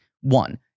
One